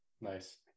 Nice